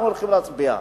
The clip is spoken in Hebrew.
אנחנו הולכים להצביע.